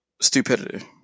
stupidity